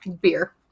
beer